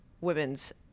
women's